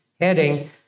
heading